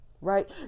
right